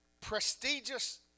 prestigious